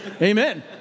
amen